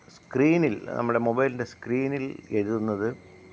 സ്ക്രീനില് നമ്മുടെ മൊബൈലിന്റെ സ്ക്രീനില് എഴുതുന്നത്